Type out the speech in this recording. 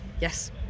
Yes